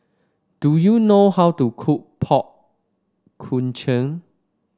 do you know how to cook Pork Knuckle